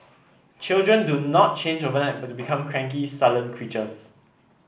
children do not change overnight but become cranky sullen creatures